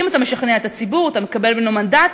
אם אתה משכנע את הציבור אתה מקבל ממנו מנדט,